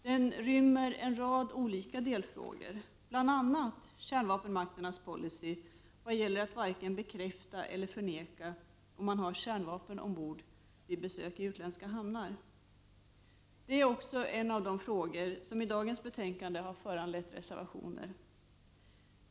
Den senare rymmer en rad olika delfrågor, bl.a. kärnvapenmakternas policy att varken bekräfta eller förneka om man har kärnvapen ombord vid besök av utländska hamnar. Det är också en av de frågor som i dagens betänkande har föranlett reservationer.